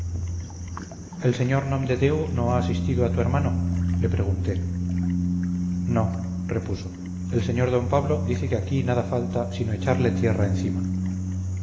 el sr nomdedeu no ha asistido a tu hermano le pregunté no repuso el sr d pablo dice que aquí nada falta sino echarle tierra encima